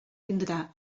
tindrà